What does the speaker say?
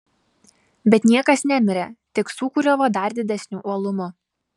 bet niekas nemirė tik sūkuriavo dar didesniu uolumu